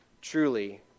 truly